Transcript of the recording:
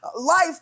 Life